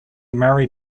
married